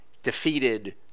Defeated